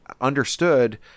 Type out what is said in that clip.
understood